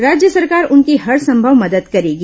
राज्य सरकार उनकी हरसंभव मदद करेगी